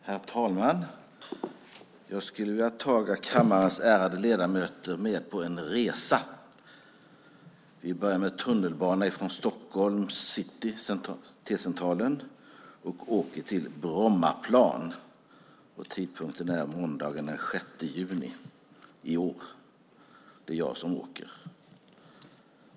Herr talman! Jag skulle vilja ta kammarens ärade ledamöter med på en resa. Vi börjar med tunnelbana från Stockholms city, T-Centralen, och åker till Brommaplan. Tidpunkten är måndagen den 6 juni i år. Det är jag som åker.